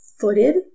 footed